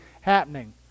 happening